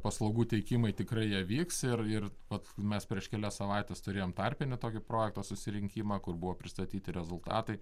paslaugų teikimai tikrai jie vyks ir ir vat mes prieš kelias savaites turėjom tarpinį tokį projekto susirinkimą kur buvo pristatyti rezultatai